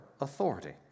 authority